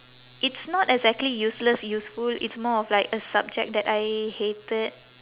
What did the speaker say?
it's not exactly useless useful it's more of like a subject that I hated